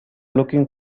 looking